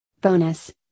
Bonus